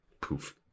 poof